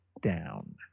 down